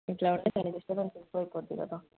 ఇలా ఉంటే చాలా డిస్టబెన్స్ ఎక్కువైపోతుంది కదా